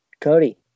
Cody